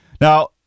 Now